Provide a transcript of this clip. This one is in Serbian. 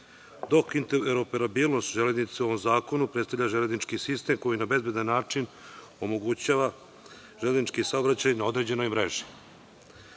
Dok interoperabilnost železnice u ovom zakonu predstavalja železnički sistem koji nam na bezbedan način omogućava železnički saobraćaj na određenoj mreži. Razlog